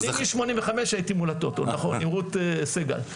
אני מ-85 הייתי מול ה"טוטו" עם רות סגל.